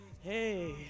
Hey